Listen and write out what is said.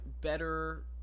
Better